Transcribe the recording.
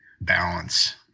balance